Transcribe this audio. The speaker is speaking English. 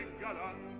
get on